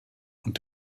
und